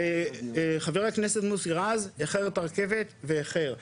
חבר הכנסת מוסי רז, איחר את הרכבת ואיחר לכאן.